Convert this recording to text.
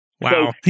Wow